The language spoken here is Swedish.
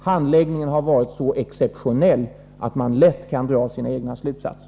Handläggningen har varit så exceptionell att man lätt kan dra sina egna slutsatser.